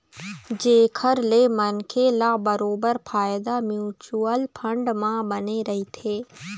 जेखर ले मनखे ल बरोबर फायदा म्युचुअल फंड म बने रहिथे